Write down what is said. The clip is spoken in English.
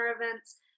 events